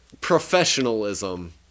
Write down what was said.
professionalism